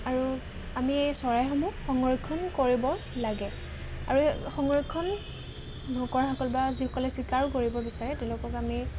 আৰু আমি এই চৰাইসমূহ সংৰক্ষণ কৰিব লাগে আৰু সংৰক্ষণ নকৰাসকল বা যিসকলে চিকাৰো কৰিব বিচাৰে তেওঁলোকক আমি